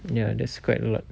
ya that's quite a lot